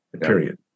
period